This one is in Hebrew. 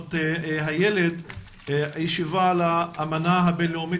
לזכויות הילד בנושא האמנה הבינלאומית